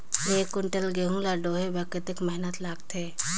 एक कुंटल गहूं ला ढोए बर कतेक मेहनत लगथे?